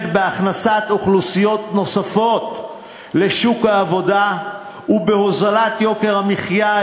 בהכנסת אוכלוסיות נוספות לשוק העבודה ובהוזלת יוקר המחיה,